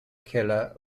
keller